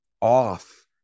off